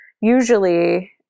usually